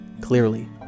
clearly